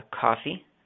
coffee